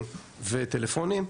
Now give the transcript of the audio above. ומכתבים וטלפונים.